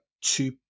two